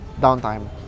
downtime